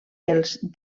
els